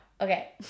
okay